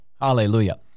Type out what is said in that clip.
Hallelujah